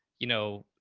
you know,